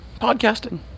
podcasting